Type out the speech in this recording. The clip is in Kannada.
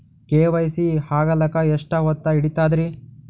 ಕೆ.ವೈ.ಸಿ ಆಗಲಕ್ಕ ಎಷ್ಟ ಹೊತ್ತ ಹಿಡತದ್ರಿ?